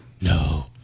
No